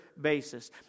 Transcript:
basis